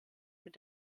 mit